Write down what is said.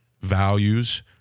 values